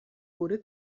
wurde